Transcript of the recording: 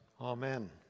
Amen